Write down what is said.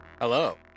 Hello